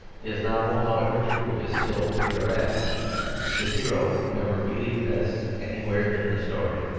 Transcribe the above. his novel, however true, is still picaresque his hero never really rests anywhere in the story.